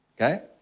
okay